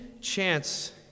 chance